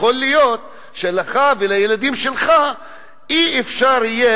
יכול להיות שלך ולילדים שלך לא יהיה אפשר,